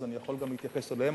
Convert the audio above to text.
אז אני יכול גם להתייחס אליהם,